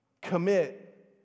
commit